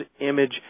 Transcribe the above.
image